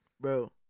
Bro